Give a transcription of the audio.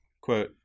quote